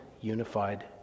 unified